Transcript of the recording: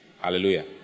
Hallelujah